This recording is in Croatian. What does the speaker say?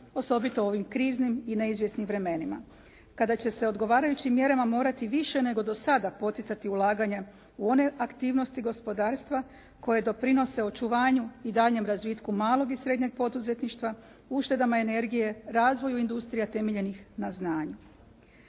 osobito u ovim kriznim i neizvjesnim vremenima kada će se odgovarajućim mjerama morati više nego do sada poticati ulaganja u one aktivnosti gospodarstva koje doprinose očuvanju i daljnjem razvitku malog i srednjeg poduzetništva, uštedama energije, razvoju industrije temeljenih na znanju.